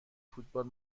فوتبال